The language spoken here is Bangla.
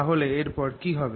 তাহলে এর পর কি হবে